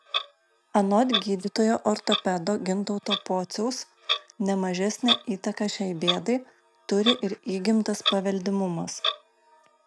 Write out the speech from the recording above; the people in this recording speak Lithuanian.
anot gydytojo ortopedo gintauto pociaus ne mažesnę įtaką šiai bėdai turi ir įgimtas paveldimumas